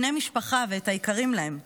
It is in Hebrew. בני משפחה ואת היקרים להם.